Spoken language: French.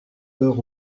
peur